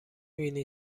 بینی